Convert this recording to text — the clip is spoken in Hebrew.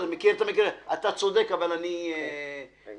אתה צודק אבל אני כבול.